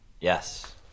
Yes